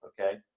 okay